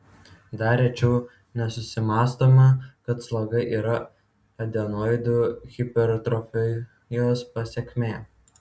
dar rečiau nesusimąstoma kad sloga yra adenoidų hipertrofijos pasekmė